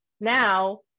now